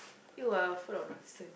you ah full of nonsense